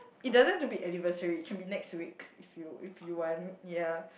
it doesn't have to be anniversary can be next week if you if you want ya